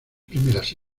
primeras